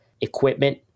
equipment